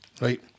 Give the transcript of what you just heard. right